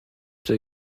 der